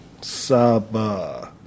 Saba